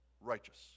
righteous